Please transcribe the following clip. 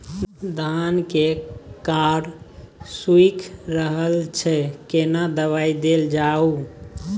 धान के कॉर सुइख रहल छैय केना दवाई देल जाऊ?